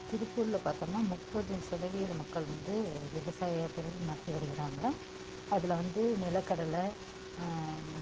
திருப்பூர்ல பார்த்தோம்ன்னா முப்பது சதவீத மக்கள் வந்து விவசாயத்தொழில் நடத்தி வருகிறாங்க அதில் வந்து நிலக்கடலை